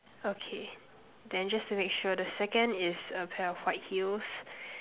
okay then just to make sure the second is a pair of white heels